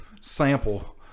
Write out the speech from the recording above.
sample